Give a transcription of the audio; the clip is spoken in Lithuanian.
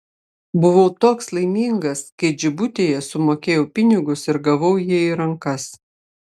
buvau toks laimingas kai džibutyje sumokėjau pinigus ir gavau jį į rankas